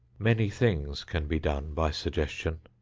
many things can be done by suggestion.